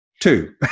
Two